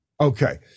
okay